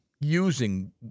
using